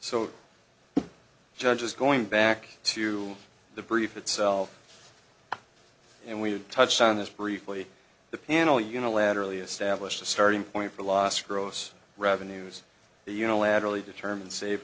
so judge is going back to the brief itself and we had touched on this briefly the panel unilaterally established a starting point for last gross revenues the unilaterally determine save